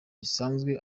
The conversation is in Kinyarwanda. gisanzwe